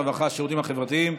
הרווחה והשירותים החברתיים.